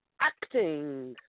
Acting